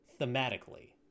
thematically